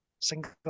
single